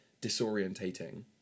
disorientating